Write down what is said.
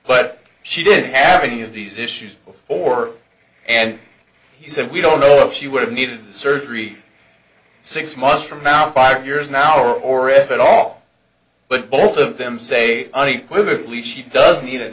but she did have many of these issues before and he said we don't know if she would have needed surgery six months from now five years now or or if at all but both of them say unequivocally she doesn't need it